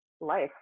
life